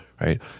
Right